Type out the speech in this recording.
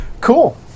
Cool